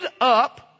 up